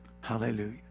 hallelujah